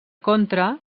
contra